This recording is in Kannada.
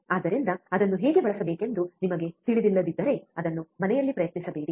ಆದ್ದರಿಂದ ಅದನ್ನು ಹೇಗೆ ಬಳಸಬೇಕೆಂದು ನಿಮಗೆ ತಿಳಿದಿಲ್ಲದಿದ್ದರೆ ಅದನ್ನು ಮನೆಯಲ್ಲಿ ಪ್ರಯತ್ನಿಸಬೇಡಿ